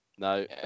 No